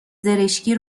زرشکی